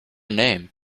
name